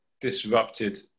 disrupted